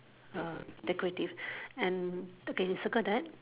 err decorative and okay circle that